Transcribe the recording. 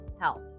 health